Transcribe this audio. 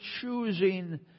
choosing